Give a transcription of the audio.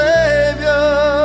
Savior